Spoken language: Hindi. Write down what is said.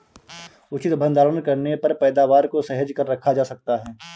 उचित भंडारण करने पर पैदावार को सहेज कर रखा जा सकता है